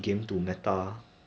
!hais! sian